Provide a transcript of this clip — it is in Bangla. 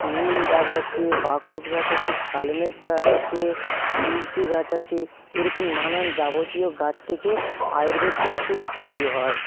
নিম গাছ আছে বাকস গাছ আছে কালমেঘ গাছ আছে তুলসি গাছ আছে এরকম নানান যাবতীয় গাছ থেকে আয়ুর্বেদ ঔষধ তৈরি হয়